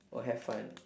or have fun